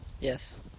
yes